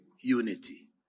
unity